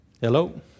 Hello